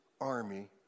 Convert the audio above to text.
army